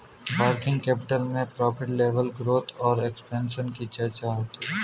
working capital में profit level growth और expansion की चर्चा होती है